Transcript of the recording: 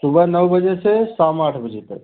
सुबह नौ बजे से शाम आठ बजे तक